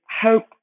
hope